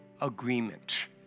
agreement